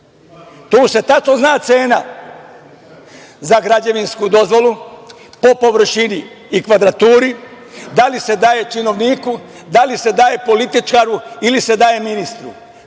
Tu se tačno zna cena za građevinsku dozvolu po površini i kvadraturi, da li se daje činovniku, da li se daje političaru ili se daje ministru.